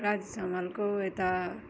राजेश हमालको यता